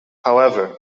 however